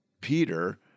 Peter